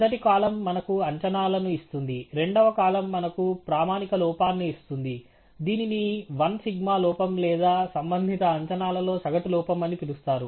మొదటి కాలమ్ మనకు అంచనాలను ఇస్తుంది రెండవ కాలమ్ మనకు ప్రామాణిక లోపాన్ని ఇస్తుంది దీనిని వన్ సిగ్మా లోపం లేదా సంబంధిత అంచనాలలో సగటు లోపం అని పిలుస్తారు